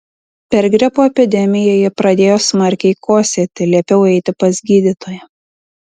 per gripo epidemiją ji pradėjo smarkiai kosėti liepiau eiti pas gydytoją